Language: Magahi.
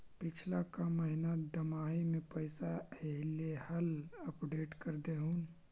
पिछला का महिना दमाहि में पैसा ऐले हाल अपडेट कर देहुन?